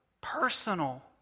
personal